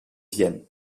vienne